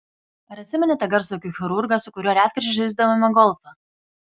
ar atsimeni tą garsų akių chirurgą su kuriuo retkarčiais žaisdavome golfą